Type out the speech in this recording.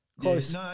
Close